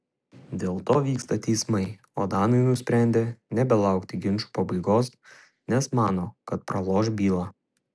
dėl to vyksta teismai o danai nusprendė nebelaukti ginčų pabaigos nes mano kad praloš bylą